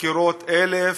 בחקירות 1000,